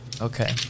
okay